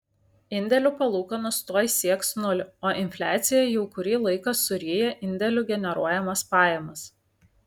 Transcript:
indėlių palūkanos tuoj sieks nulį o infliacija jau kurį laiką suryja indėlių generuojamas pajamas